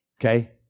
Okay